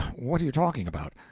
what are you talking about?